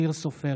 אופיר סופר,